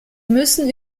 müssen